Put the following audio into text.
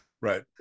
Right